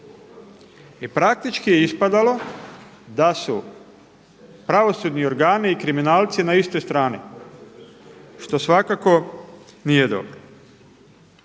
I praktički je ispadalo da su pravosudni organi i kriminalci na istoj strani, što svakako nije dobro.